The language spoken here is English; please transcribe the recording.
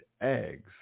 eggs